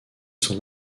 son